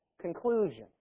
conclusion